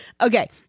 Okay